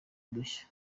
udushya